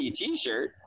t-shirt